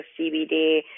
CBD